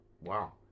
Wow